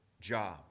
job